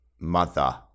mother